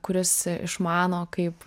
kuris išmano kaip